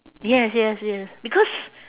yes yes yes because